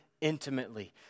intimately